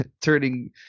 turning